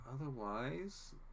Otherwise